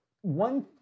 one